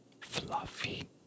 fluffy